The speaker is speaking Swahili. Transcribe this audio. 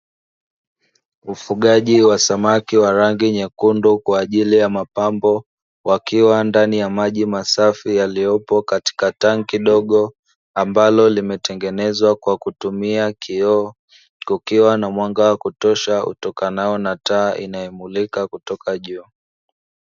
Ufugaji wa samaki wa rangi nyekundu kwa ajili ya mapambo wakiwa ndani ya maji masafi yaliyopo katika tanki dogo ambalo limetengenezwa kwa kutumia kioo kukiwa na mwanga wa kutosha utokanao na taa inayomulika kutoka juu